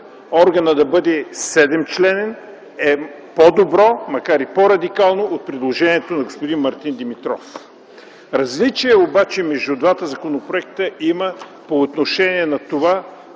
органът да бъде 7-членен, е по-добро, макар и по-радикално от предложението на господин Мартин Димитров. Различие обаче между двата законопроекта има по отношение на това